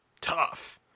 tough